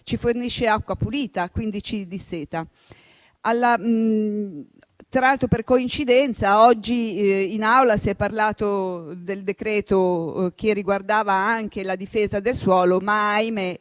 ci fornisce acqua pulita e quindi ci disseta. Tra l'altro, per coincidenza, oggi in Aula si è parlato del provvedimento che riguardava anche la difesa del suolo, ma, ahimè,